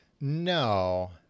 No